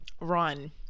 run